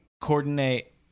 coordinate